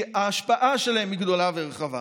כי ההשפעה שלהן היא גדולה ורחבה,